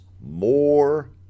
more